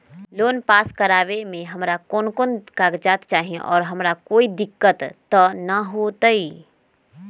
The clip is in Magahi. लोन पास करवावे में हमरा कौन कौन कागजात चाही और हमरा कोई दिक्कत त ना होतई?